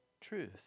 truth